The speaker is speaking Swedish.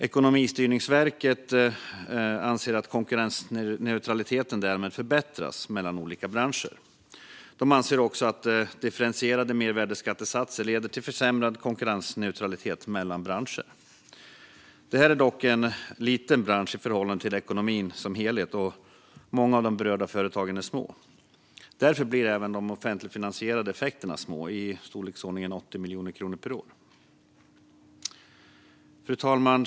Ekonomistyrningsverket anser att konkurrensneutraliteten därmed förbättras mellan olika branscher. Man anser också att differentierade mervärdesskattesatser leder till försämrad konkurrensneutralitet mellan branscher. Denna bransch är dock liten i förhållande till ekonomin som helhet, och många av de berörda företagen är små. Därför blir även de offentligfinansiella effekterna små, i storleksordningen 80 miljoner kronor per år. Fru talman!